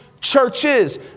churches